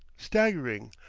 staggering,